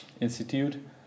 institute